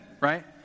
right